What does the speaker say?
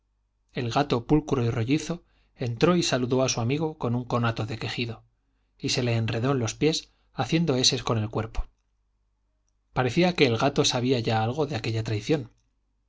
el gato pulcro y rollizo entró y saludó a su amigo con un conato de quejido y se le enredó en los pies haciendo eses con el cuerpo parecía que el gato sabía ya algo de aquella traición